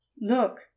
Look